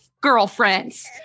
Girlfriends